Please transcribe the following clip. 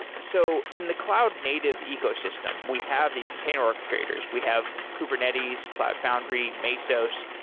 so in the cloud native ecosystem, we have these container orchestrators. we have kubernetes, cloud foundry, mesos,